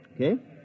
Okay